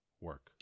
work